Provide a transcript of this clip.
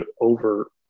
over